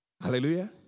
Hallelujah